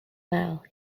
bow